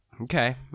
Okay